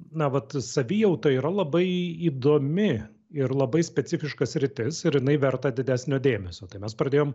na vat savijauta yra labai įdomi ir labai specifiška sritis ir jinai verta didesnio dėmesio tai mes pradėjom